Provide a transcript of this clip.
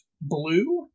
Blue